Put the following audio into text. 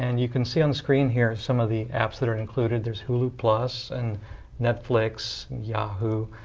and you can see on the screen here some of the apps that are included. there's hulu plus and netflix and yahoo.